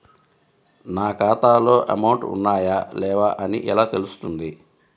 నా ఖాతాలో అమౌంట్ ఉన్నాయా లేవా అని ఎలా తెలుస్తుంది?